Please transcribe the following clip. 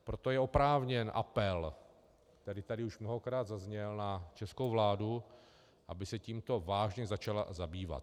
Proto je oprávněný apel, který tady už mnohokrát zazněl, na českou vládu, aby se tímto vážně začala zabývat.